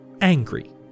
angry